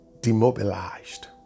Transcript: demobilized